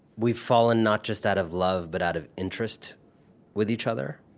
we've fallen not just out of love, but out of interest with each other.